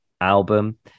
album